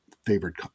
favored